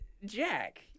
Jack